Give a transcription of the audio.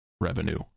revenue